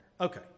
Okay